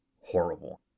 horrible